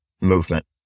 Movement